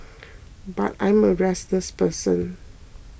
but I'm a restless person